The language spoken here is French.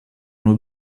nos